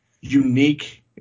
unique –